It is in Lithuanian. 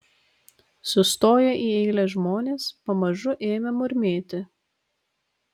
sustoję į eilę žmonės pamažu ėmė murmėti